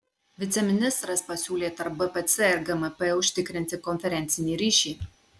viceministras pasiūlė tarp bpc ir gmp užtikrinti konferencinį ryšį